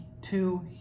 two